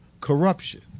corruption